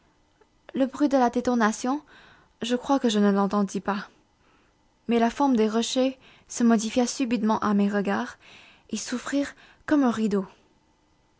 le bruit de la détonation je crois que je ne l'entendis pas mais la forme des rochers se modifia subitement à mes regards ils s'ouvrirent comme un rideau